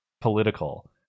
political